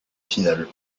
finale